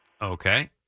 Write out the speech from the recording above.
Okay